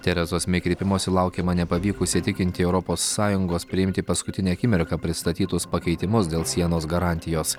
terezos mei kreipimosi laukiama nepavykus įtikinti europos sąjungos priimti paskutinę akimirką pristatytus pakeitimus dėl sienos garantijos